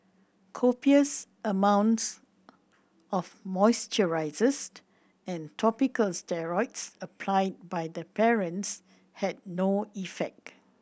copious amounts of moisturisers and topical steroids applied by the parents had no effect